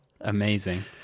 amazing